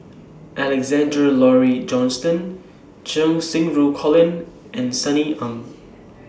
Alexander Laurie Johnston Cheng Xinru Colin and Sunny Ang